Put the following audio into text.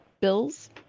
bills